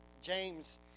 James